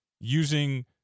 using